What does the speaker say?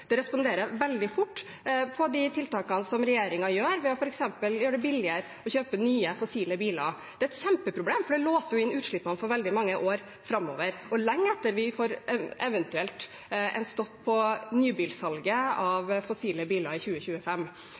Det responderer veldig fort på de tiltakene som regjeringen gjør ved f.eks. å gjøre det billigere å kjøpe nye, fossile biler. Det er et kjempeproblem, fordi det låser inn utslippene for veldig mange år framover – og lenge etter at vi eventuelt får en stopp på nybilsalget av fossile biler i 2025.